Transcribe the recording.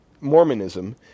Mormonism